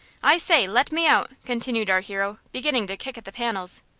i say, let me out! continued our hero, beginning to kick at the panels.